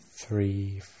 three